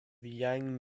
yang